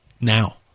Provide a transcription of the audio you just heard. now